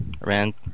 rent